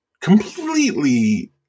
completely